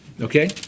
Okay